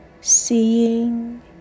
seeing